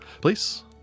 Please